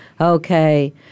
Okay